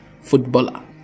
footballer